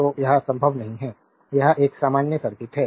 तो यह संभव नहीं है यह एक अमान्य सर्किट है